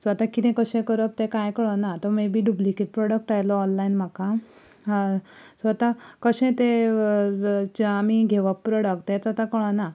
so आतां किदें कशें करप तें कांय कळना तो मे बी डुब्लीकेट प्रोडक्ट आयलो ऑनलायन म्हाका सो आतां कशें तें आमी घेवप प्रोडक्ट तेंच आतां कळना